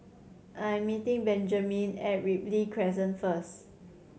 I'm meeting Benjamine at Ripley Crescent first